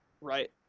right